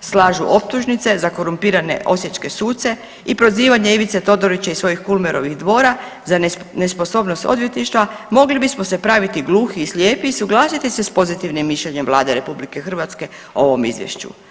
slažu optužnice za korumpirane osječke suce i prozivanje Ivice Todorića iz svojih Kulmerovih dvora za nesposobnost odvjetništva mogli bismo se praviti gluhi i slijepi i suglasiti se s pozitivnim mišljenjem Vlade RH o ovom izvješću.